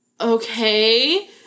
okay